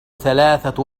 ثلاثة